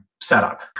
setup